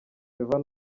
favor